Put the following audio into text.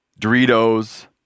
Doritos